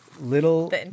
little